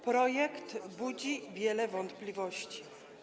Projekt budzi wiele wątpliwości.